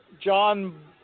John